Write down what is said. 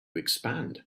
expand